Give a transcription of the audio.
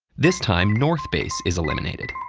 this time north base is eliminated.